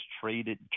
traded